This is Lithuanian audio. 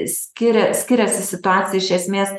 skiria skiriasi situacija iš esmės